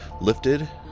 lifted